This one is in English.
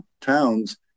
towns